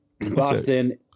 Boston